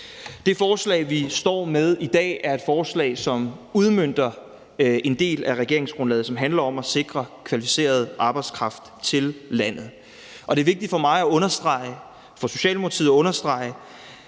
Det forslag, vi står med i dag, er et forslag, som udmønter en del af regeringsgrundlaget, som handler om at sikre kvalificeret arbejdskraft til landet. Det er vigtigt for mig og for Socialdemokratiet at understrege,